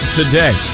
today